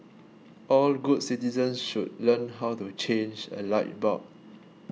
all good citizens should learn how to change a light bulb